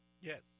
Yes